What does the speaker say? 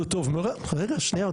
רגע, שנייה.